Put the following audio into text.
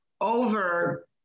over